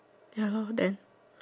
ya lor then